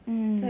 mmhmm